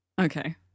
Okay